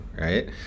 right